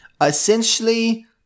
Essentially